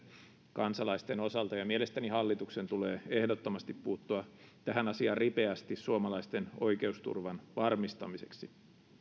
kansalaisten osalta ja mielestäni hallituksen tulee ehdottomasti puuttua tähän asiaan ripeästi suomalaisten oikeusturvan varmistamiseksi